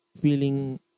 feeling